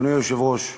אדוני היושב-ראש,